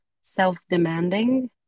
self-demanding